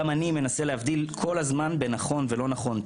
גם אני מנסה להבדיל כל הזמן בנכון ולא נכון,